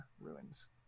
ruins